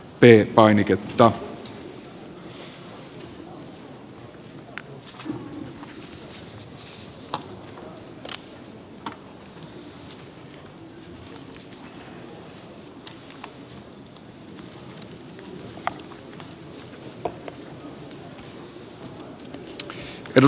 arvoisa herra puhemies